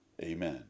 Amen